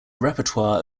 repertoire